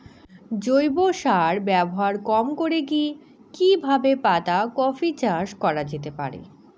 জৈব সার ব্যবহার কম করে কি কিভাবে পাতা কপি চাষ করা যেতে পারে?